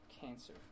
cancer